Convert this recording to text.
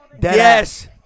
Yes